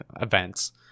events